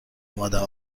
آمدم